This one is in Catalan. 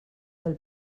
del